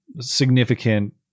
significant